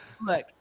Look